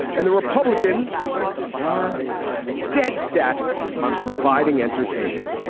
and the republicans are dead set on providing entertainment.